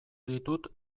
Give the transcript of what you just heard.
ditut